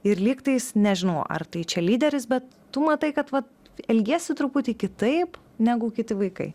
ir lygtais nežinau ar tai čia lyderis bet tu matai kad vat elgiesi truputį kitaip negu kiti vaikai